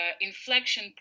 Inflection